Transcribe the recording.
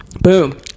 boom